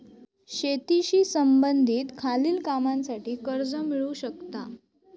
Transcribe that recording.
शेतीशी संबंधित खालील कामांसाठी कर्ज मिळू शकता